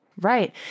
Right